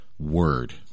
word